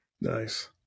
Nice